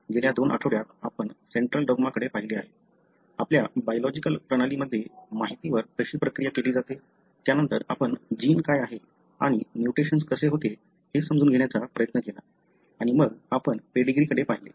गेल्या दोन आठवड्यांत आपण सेंट्रल डॉग्मा कडे पाहिले आहे आपल्या बायोलॉजिकल प्रणालीमध्ये माहितीवर कशी प्रक्रिया केली जाते त्यानंतर आपण जीन काय आहे आणि म्युटेशन्स कसे होते हे समजून घेण्याचा प्रयत्न केला आणि मग आपण पेडीग्री कडे पाहिले